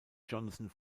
johnson